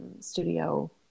studio